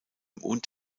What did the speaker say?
und